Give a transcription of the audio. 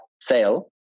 sale